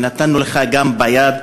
ונתנו לך גם ביד,